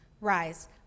Rise